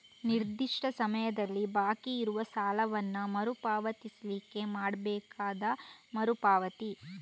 ನಿರ್ದಿಷ್ಟ ಸಮಯದಲ್ಲಿ ಬಾಕಿ ಇರುವ ಸಾಲವನ್ನ ಮರು ಪಾವತಿಸ್ಲಿಕ್ಕೆ ಮಾಡ್ಬೇಕಾದ ಮರು ಪಾವತಿ